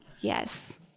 Yes